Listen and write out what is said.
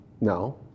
No